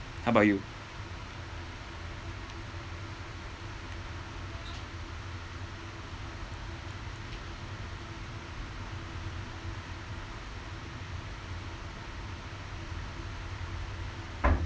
how about you